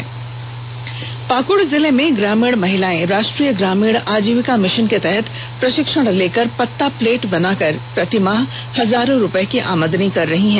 special story Pakur Pakur जिले में ग्रामीण महिलायें राष्ट्रीय ग्रामीण आजीविका मिषन के तहत प्रषिक्षण लेकर पत्ता प्लेट बनाकर प्रतिमाह हजारो रुपये की आमदनी कर रही हैं